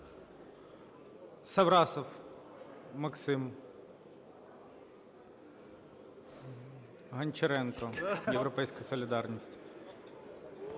Саврасов Максим. Гончаренко, "Європейська солідарність".